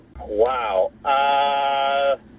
Wow